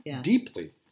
deeply